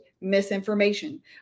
misinformation